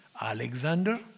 Alexander